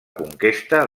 conquesta